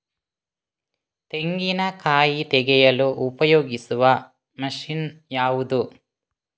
ತೆಂಗಿನಕಾಯಿ ತೆಗೆಯಲು ಉಪಯೋಗಿಸುವ ಮಷೀನ್ ಯಾವುದು?